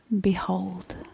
behold